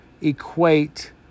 equate